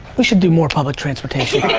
we should do more public transportation.